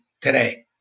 today